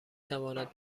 تواند